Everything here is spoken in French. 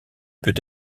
peut